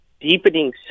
deepening